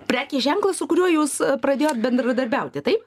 prekės ženklas su kuriuo jūs pradėjot bendradarbiauti taip